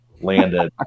landed